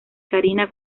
karina